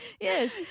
yes